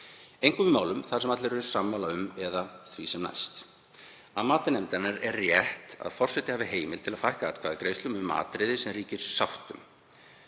einkum í málum þar sem allir eru sammála, eða því sem næst. Að mati nefndarinnar er rétt að forseti hafi heimild til að fækka atkvæðagreiðslum um atriði sem sátt